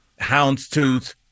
houndstooth